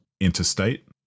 interstate